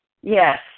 Yes